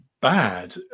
bad